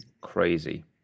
crazy